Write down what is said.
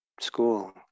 school